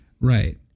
Right